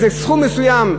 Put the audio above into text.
איזה סכום מסוים,